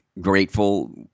grateful